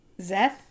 zeth